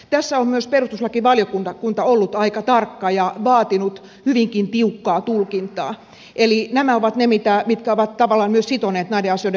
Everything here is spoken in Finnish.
tässä on myös perustuslakivaliokunta ollut aika tarkka ja vaatinut hyvinkin tiukkaa tulkintaa eli nämä ovat ne mitkä ovat tavallaan myös sitoneet näiden asioiden valmistelua